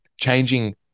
Changing